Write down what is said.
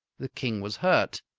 the king was hurt.